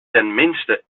tenminste